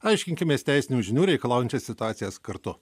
aiškinkimės teisinių žinių reikalaujančias situacijas kartu